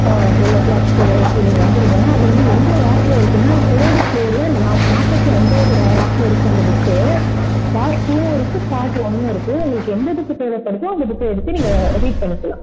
ஆ twelve கிளாக்போல் okay வந்துவிடுங்க அது வந்து எந்த ரேக்கில் இருக்குன்னா தேர்டு ஃபுளோரு நா நாற்பத்தி அஞ்சாவது ரேக் இருக்கு அந்த புக்கு பார்ட் டூவும் இருக்கு பார்ட் ஒன்றும் இருக்கு உங்களுக்கு எந்த புக்கு தேவைப்படுதோ அந்த புக்கை எடுத்து நீங்கள் ரீட் பண்ணிக்கலாம்